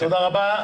תודה רבה.